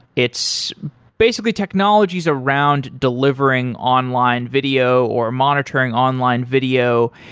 it's basically technologies around delivering online video or monitoring online video,